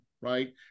right